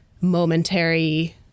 momentary